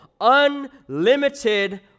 unlimited